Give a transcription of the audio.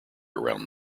around